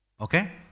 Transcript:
Okay